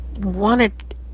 wanted